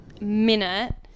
minute